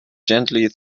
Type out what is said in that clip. gently